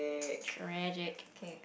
tragic